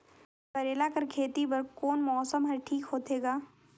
करेला कर खेती बर कोन मौसम हर ठीक होथे ग?